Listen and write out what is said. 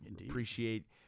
appreciate